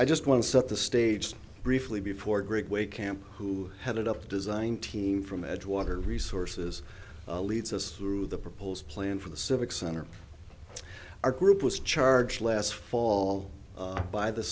i just want to set the stage briefly before a great way camp who headed up the design team from edgewater resources leads us through the proposed plan for the civic center our group was charged last fall by the